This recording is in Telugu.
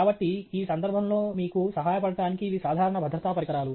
కాబట్టి ఈ సందర్భంలో మీకు సహాయపడటానికి ఇవి సాధారణ భద్రతా పరికరాలు